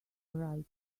right